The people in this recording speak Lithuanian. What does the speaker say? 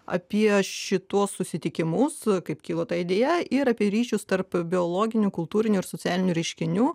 apie šituos susitikimus kaip kilo ta idėja ir apie ryšius tarp biologinių kultūrinių ir socialinių reiškinių